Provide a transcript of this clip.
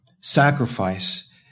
sacrifice